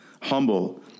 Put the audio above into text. humble